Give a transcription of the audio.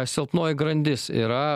silpnoji grandis yra